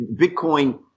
Bitcoin